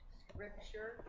scripture